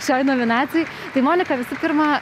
šioj nominacijoj tai monika visų pirma